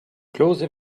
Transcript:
klose